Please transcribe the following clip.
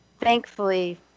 thankfully